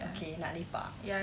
okay nak lepak